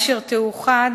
אשר תאוחד,